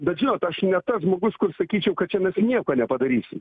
bet žinot aš ne tas žmogus kur sakyčiau kad čia mes nieko nepadarysim